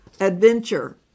adventure